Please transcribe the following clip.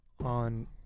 on